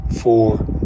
four